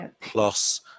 Plus